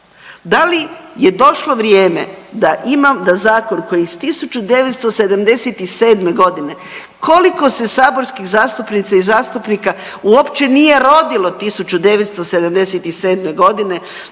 Da li je došlo vrijeme da imam da zakon koji iz 1977. godine koliko se saborskih zastupnica i zastupnika uopće nije rodilo 1977. godine